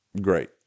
Great